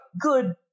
good